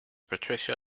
patricia